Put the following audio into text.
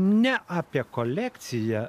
ne apie kolekciją